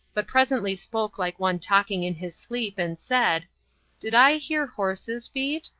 but presently spoke like one talking in his sleep, and said did i hear horses' feet?